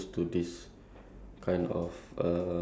ya you don't don't have to work anymore ya